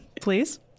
Please